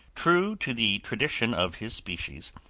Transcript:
true to the traditions of his species,